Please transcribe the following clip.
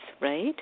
right